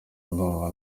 ndumva